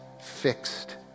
fixed